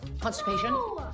Constipation